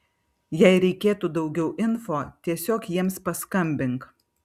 jei reikėtų daugiau info tiesiog jiems paskambink